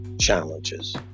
challenges